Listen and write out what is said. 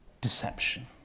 Deception